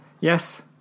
yes